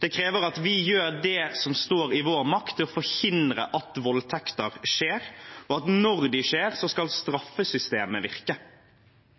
Det krever at vi gjør det som står i vår makt, for å forhindre at voldtekter skjer, og at når de skjer, skal straffesystemet virke.